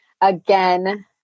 again